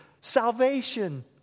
salvation